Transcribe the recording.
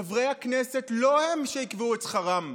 לא חברי הכנסת הם שיקבעו את שכרם,